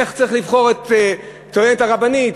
איך צריך לבחור את הטוענת הרבנית.